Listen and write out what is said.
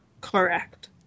Correct